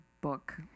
book